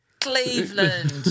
Cleveland